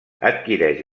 adquireix